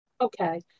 Okay